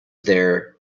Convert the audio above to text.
there